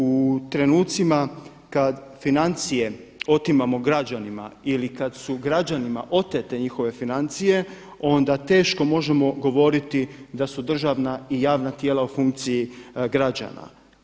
U trenutcima kada financije otimamo građanima ili kada su građanima otete njihove financije onda teško možemo govoriti da su državna i javna tijela u funkciji građana.